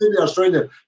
Australia